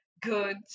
good